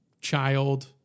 child